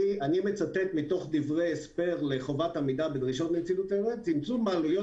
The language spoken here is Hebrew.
אני מצטט מתוך דברי ההסבר לחובת עמידה בדרישות נצילות: "צמצום העלויות